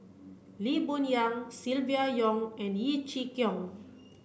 Lee Boon Yang Silvia Yong and Yeo Chee Kiong